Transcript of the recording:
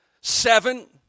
Seven